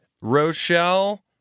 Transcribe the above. Rochelle